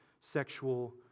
sexual